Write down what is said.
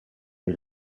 est